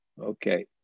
Okay